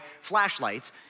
flashlights